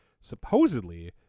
Supposedly